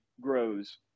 grows